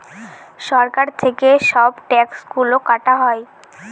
সরকার থেকে সব ট্যাক্স গুলো কাটা হয়